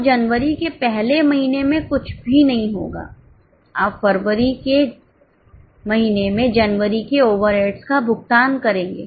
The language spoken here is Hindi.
तो जनवरी के पहले महीने में कुछ भी नहीं होगा आप फरवरी में जनवरी के ओवरहेड्स का भुगतान करेंगे